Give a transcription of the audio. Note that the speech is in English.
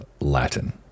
Latin